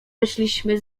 wyszliśmy